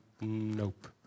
nope